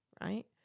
right